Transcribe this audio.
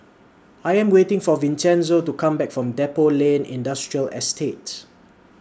I Am waiting For Vincenzo to Come Back from Depot Lane Industrial Estate